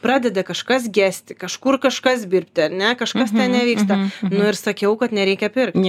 pradeda kažkas gesti kažkur kažkas birbti ar ne kažkas ten nevyksta nu ir sakiau kad nereikia pirkt